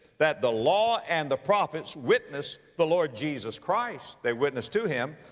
that the law and the prophets witness the lord jesus christ. they witnessed to him.